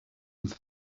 into